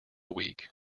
week